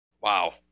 Wow